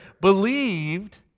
believed